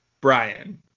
Brian